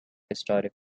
historic